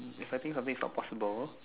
fighting for me is not possible